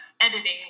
editing